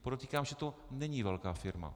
Podotýkám, že to není velká firma.